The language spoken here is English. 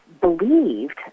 believed